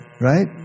right